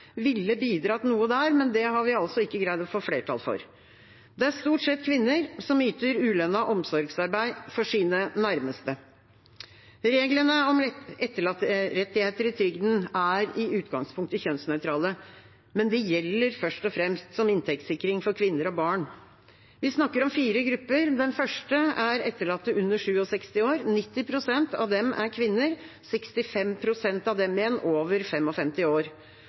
ville bidratt noe der, men det har vi altså ikke greid å få flertall for. Det er stort sett kvinner som yter ulønnet omsorgsarbeid for sine nærmeste. Reglene om etterlatterettigheter i trygden er i utgangspunktet kjønnsnøytrale, men de gjelder først og fremst som inntektssikring for kvinner og barn. Vi snakker om fire grupper – den første er etterlatte under 67 år, 90 pst. av dem er kvinner, 65 pst. av dem igjen er over 55 år.